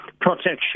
protection